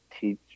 teach